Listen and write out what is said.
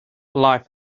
life